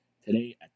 Today